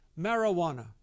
Marijuana